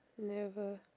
never